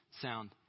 sound